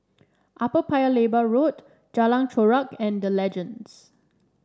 Upper Paya Lebar Road Jalan Chorak and The Legends